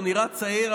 הוא נראה צעיר,